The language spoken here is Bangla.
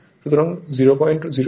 সুতরাং 01042 কিলোওয়াট হয়